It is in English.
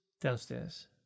Downstairs